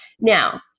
Now